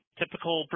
typical